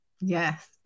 Yes